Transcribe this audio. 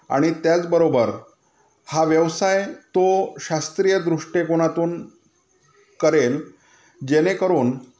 आणि त्याचबरोबर हा व्यवसाय तो शास्त्रीय दृष्टिकोनातून करेल जेणेकरून